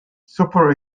super